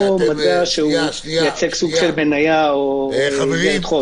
או מטבע שמייצג סוג של מנייה או אגרת חוב.